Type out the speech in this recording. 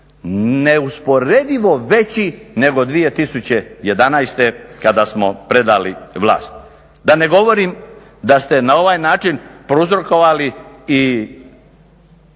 neusporedivo veći nego 2011.kada smo predali vlast. Da ne govorim da ste na ovaj način prouzrokovali i